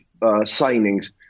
signings